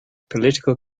political